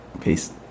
Peace